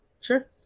Sure